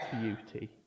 beauty